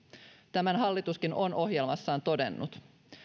tämän hallituskin on ohjelmassaan todennut